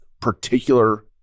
particular